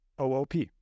OOP